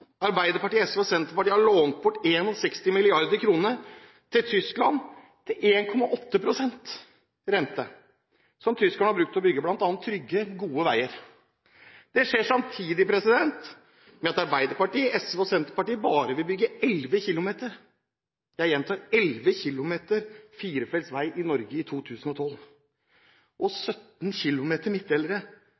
Arbeiderpartiet, SV og Senterpartiet har lånt bort 61 mrd. kr til Tyskland, til 1,8 pst. rente, som tyskerne bl.a. har brukt til å bygge trygge, gode veier. Det skjer samtidig med at Arbeiderpartiet, SV og Senterpartiet bare vil bygge 11 km firefelts vei og 17 km midtdelere i Norge i 2012. I Sverige bygger de 200 km